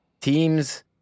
Teams